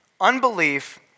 unbelief